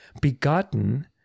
begotten